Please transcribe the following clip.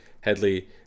Headley